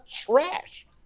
trash